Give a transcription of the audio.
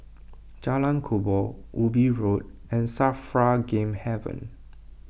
Jalan Kubor Ubi Road and Safra Game Haven